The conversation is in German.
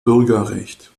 bürgerrecht